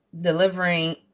delivering